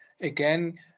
again